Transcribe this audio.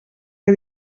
que